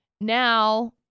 now